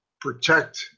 protect